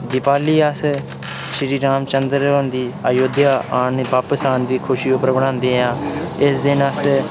दीपाली अस श्री रामचन्द्र होंदी अयोध्या आन दी बापस आन दी खुशी उप्पर बनांदे आं इस दिन अस